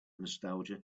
nostalgia